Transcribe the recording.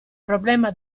problema